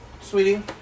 sweetie